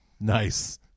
Nice